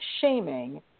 shaming